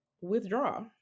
withdraw